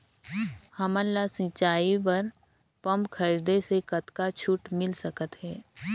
हमन ला सिंचाई बर पंप खरीदे से कतका छूट मिल सकत हे?